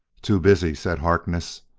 too busy, said harkness.